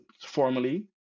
formally